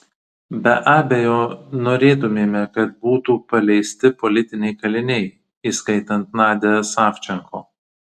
be abejo norėtumėme kad būtų paleisti politiniai kaliniai įskaitant nadią savčenko